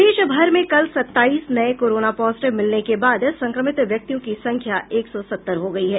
प्रदेश भर में कल सत्ताईस नये कोरोना पॉजिटिव मिलने के बाद संक्रमित व्यक्तियों की संख्या एक सौ सत्तर हो गयी है